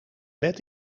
wet